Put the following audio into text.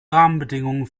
rahmenbedingungen